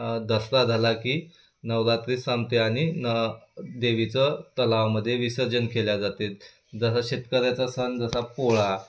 दसरा झाला की नवरात्री संपते आणि न देवीचं तलावामध्ये विसर्जन केल्या जाते जसं शेतकऱ्याचा सण जसा पोळा